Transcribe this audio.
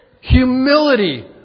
Humility